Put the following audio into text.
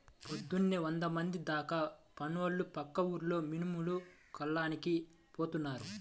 పొద్దున్నే వందమంది దాకా పనోళ్ళు పక్క ఊర్లో మినుములు కల్లానికని పోతున్నారు